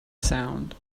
sound